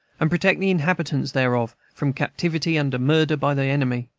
and protect the inhabitants thereof from captivity and murder by the enemy,